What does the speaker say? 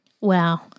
Wow